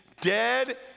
dead